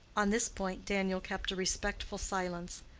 on this point daniel kept a respectful silence.